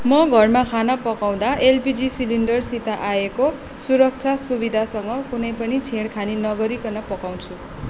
म घरमा खाना पकाउँदा इलपिजी सिलिन्डरसित आएको सुरक्षा सुविधासँग कुनै पनि छेडखानी नगरिकन पकाउँछु